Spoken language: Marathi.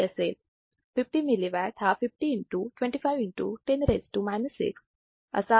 50 milliwatt हा 50 into 25 into 10 raise to minus 6 असा असेल